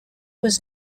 was